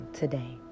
today